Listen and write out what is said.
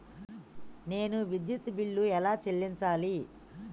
నేను విద్యుత్ బిల్లు ఎలా చెల్లించాలి?